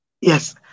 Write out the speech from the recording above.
Yes